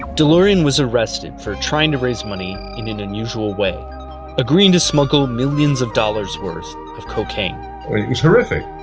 delorean was arrested for trying to raise money in an unusual way agreeing to smuggle millions of dollars worth of cocaine. it was horrific.